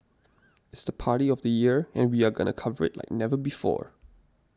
it's the party of the year and we are going to cover it like never before